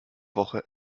woche